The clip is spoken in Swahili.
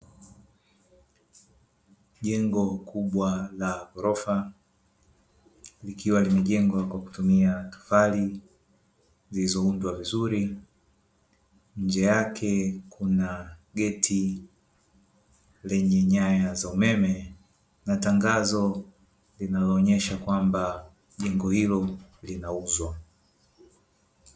Jengo kubwa la ghorofa likiwa limejengwa kwa kutumia tofali zilizoundwa vizuri, nje yake kuna geti lenye nyaya za umeme na tangazo linaloonyesha kwamba jengo hilo linauzwa.